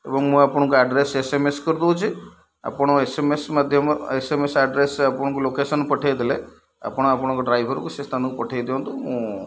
ଏବଂ ମୁଁ ଆପଣଙ୍କୁ ଆଡ଼୍ରେସ୍ ଏସ ଏମ ଏସ୍ କରିଦେଉଛି ଆପଣ ଏସ ଏମ ଏସ୍ ମାଧ୍ୟମରେ ଏସ ଏମ ଏସ୍ ଆଡ଼୍ରେସ୍ ଆପଣଙ୍କୁ ଲୋକେସନ୍ ପଠେଇଦେଲେ ଆପଣ ଆପଣଙ୍କ ଡ୍ରାଇଭରକୁ ସେ ସ୍ଥାନକୁ ପଠେଇ ଦିଅନ୍ତୁ ମୁଁ